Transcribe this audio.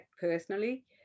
personally